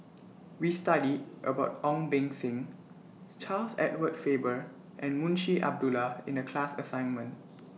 We studied about Ong Beng Seng Charles Edward Faber and Munshi Abdullah in The class assignment